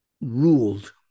ruled